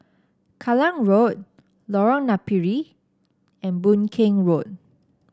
Kallang Road Lorong Napiri and Boon Keng Road